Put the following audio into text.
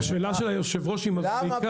השאלה של היושב-ראש מבריקה.